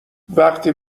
وقتی